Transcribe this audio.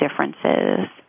differences